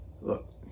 look